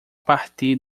partir